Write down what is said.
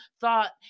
thought